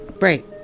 Right